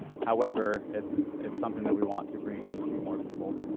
however, it's it's something that we want to bring to more people.